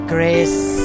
Grace